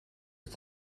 het